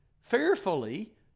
fearfully